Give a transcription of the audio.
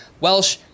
Welsh